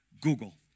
Google